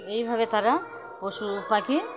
এই ভাবে তারা পশুপাখি